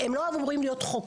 הם לא אמורים להיות חוקרים,